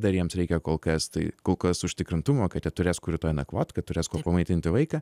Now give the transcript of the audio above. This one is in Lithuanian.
dar jiems reikia kol kas tai kol kas užtikrintumo kad jie turės kur nakvot kad turės kuo pamaitinti vaiką